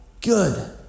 good